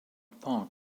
part